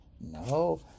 No